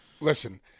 Listen